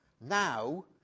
Now